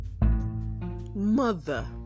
Mother